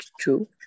true